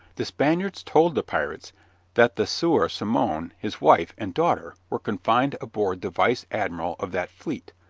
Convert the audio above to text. the spaniards told the pirates that the sieur simon, his wife, and daughter were confined aboard the vice admiral of that fleet,